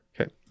Okay